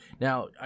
Now